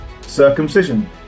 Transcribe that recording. Circumcision